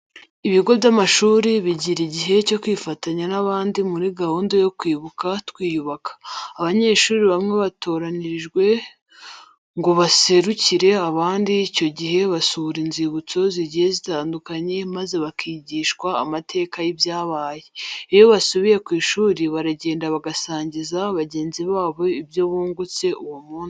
Ibigo by'amashuri bijyira ijyihe cyo kwifatanya n'abandi muri gahunda yo kwibuka twiyubaka. Abanyeshuri bamwe batoranyijwe ngo baserucyire abandi icyo jyihe basura inzibutso zijyiye zitandukanye maze bakijyishwa amateka yibyabaye. Iyo basubiye ku ishuri barajyenda bagasanjyiza bajyenzi babo ibyo bungutse uwo munsi.